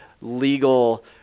legal